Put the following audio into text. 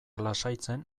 lasaitzen